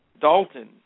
Dalton